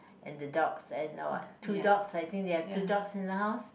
and the dogs and now what two dogs I think they have two dogs in the house